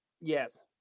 Yes